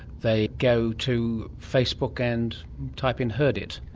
they go to facebook and type in herd it?